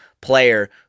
Player